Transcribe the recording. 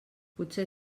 potser